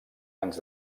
anys